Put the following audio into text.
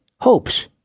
hopes